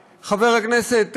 מאוד, חבר הכנסת סעדי,